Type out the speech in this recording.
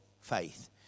faith